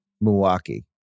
Milwaukee